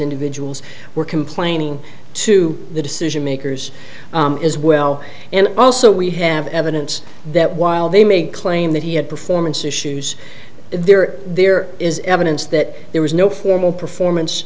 individuals were complaining to the decision makers as well and also we have evidence that while they may claim that he had performance issues there there is evidence that there was no formal